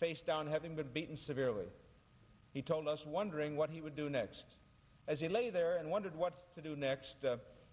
face down having been beaten severely he told us wondering what he would do next as he lay there and wondered what to do next